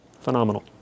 Phenomenal